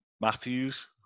Matthews